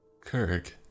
Kirk